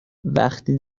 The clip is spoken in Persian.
وقتی